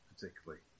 particularly